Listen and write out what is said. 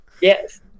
Yes